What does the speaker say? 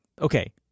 okay